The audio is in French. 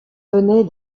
venait